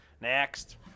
Next